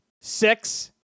Six